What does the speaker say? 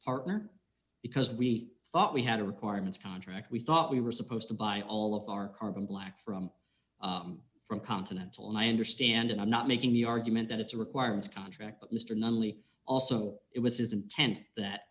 partner because we thought we had a requirements contract we thought we were supposed to buy all of our carbon black from from continental and i understand and i'm not making the argument that it's a requirements contract but mr nunley also it was his intent that